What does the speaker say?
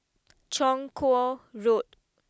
Chong Kuo Road